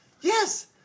Yes